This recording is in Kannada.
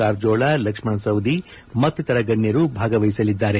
ಕಾರಜೋಳ ಲಕ್ಷ್ಮಣ್ ಸವದಿ ಮತ್ತಿತರ ಗಣ್ಯರು ಭಾಗವಹಿಸಲಿದ್ದಾರೆ